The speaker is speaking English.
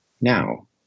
now